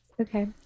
Okay